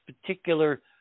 particular